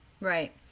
right